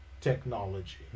technology